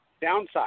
downside